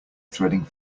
threading